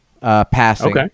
passing